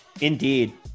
Indeed